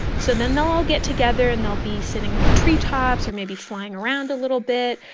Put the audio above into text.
so then they'll all get together, and they'll be sitting in the treetops or maybe flying around a little bit,